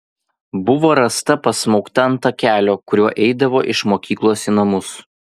buvo rasta pasmaugta ant takelio kuriuo eidavo iš mokyklos į namus